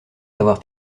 avoir